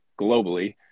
globally